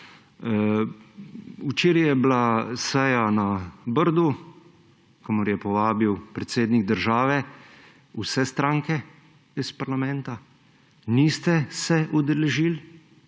Včeraj je bila seja na Brdu, kamor je povabil predsednik države vse stranke iz parlamenta. Niste se je udeležili,